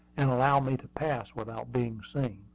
and allow me to pass without being seen.